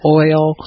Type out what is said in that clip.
oil